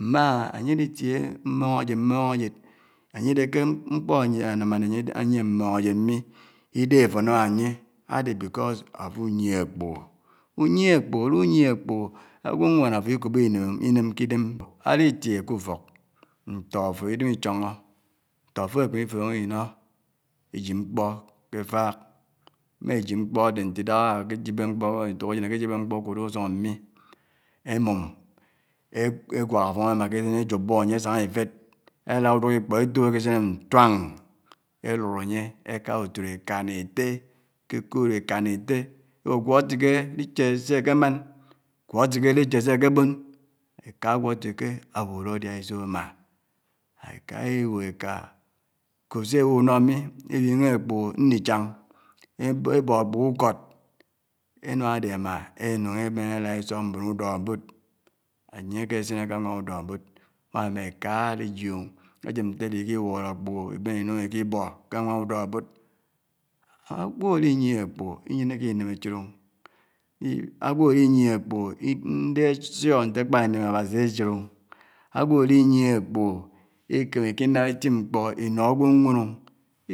mmaa ányè di tiè mmóng áyèd, mmóng áyèd. Ányè dè kè mkpò ányè ánámá nè ányè ániè mmòng áyèd mi idèhè àfò ánám ányè ádè because àfò unièghè ákpògò, unièghè ákpògò, álunièghè ákpògò ágwònwàn àfò ikòbò inèmè, inèm kè idèm ádi tie k'ufòk, ntò áfò idèm ichòngò, ntò àfò èkèmè fòngò inò èyip mkpò k'èfàk, é ná yip mkpò ádè ntè idáhá éké yikpè mkpò, ètòk áyèn ákè yippè mkpò k'udu usòng m mi, émum, é gwák áffòng émà k'idem, éjukpò ányè ságá ifèd, álád uduk ikpò ètòbò kè isin èm tuàn, élud ányè ékaa utut ékà nè étté, ékòd ékà nè étté ébò gwò tikè di chè sé ákè mán, gwó tiké dĩchè sè ákè bòn, ékà ágwò átikè ábuud ádiá isò ámà édibò ékà, kòb sé ábunó mi. ákpògò nlicháng, ébò ákpògò ukód, énàm ádè émà énuk ébén ésòk mmón udò bòt, ányè kè sinè kè ánwá udòbòt, ámámá ékà ádiyòng, áyèm nté álili buòd ákpògò, ibèn inuk ikibò kè ánwá udòbòt. Ágwò ádinèhè ákpògò, inyènè inèmèchid o, ágwò ali nwèhè ákpògò ndèhè sue kè àkpà nèm Ábási èchid o, ágwò ádinǐèhè ákpgo, ikèmèkè inám èti mkpò inò ágwò nwèn o,